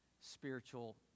spiritual